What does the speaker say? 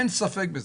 אין ספק בזה.